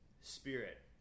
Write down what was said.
spirit